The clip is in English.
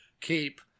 keep